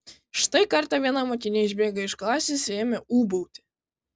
štai kartą viena mokinė išbėgo iš klasės ir ėmė ūbauti